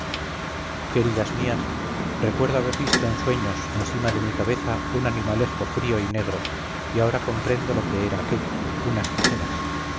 queridas mías recuerdo haber visto en sueños encima de mi cabeza un animalejo frío y negro y ahora comprendo lo que era aquello unas tijeras